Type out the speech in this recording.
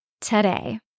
today